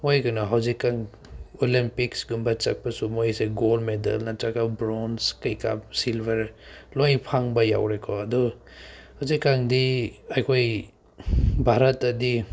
ꯃꯣꯏ ꯀꯩꯅꯣ ꯍꯧꯖꯤꯛ ꯀꯥꯟ ꯑꯣꯂꯦꯝꯄꯤꯛ ꯀꯨꯝꯕ ꯆꯠꯄꯁꯨ ꯃꯣꯏꯁꯦ ꯒꯣꯜ ꯃꯦꯗꯜ ꯅꯠꯇ꯭ꯔꯒ ꯕ꯭ꯔꯣꯟꯖ ꯀꯩꯀꯥ ꯁꯤꯜꯕꯔ ꯂꯣꯏ ꯐꯪꯕ ꯌꯥꯎꯔꯦꯀꯣ ꯑꯗꯨ ꯍꯧꯖꯤꯛ ꯀꯥꯟꯗꯤ ꯑꯩꯈꯣꯏ ꯚꯥꯔꯠꯇꯗꯤ